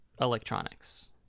electronics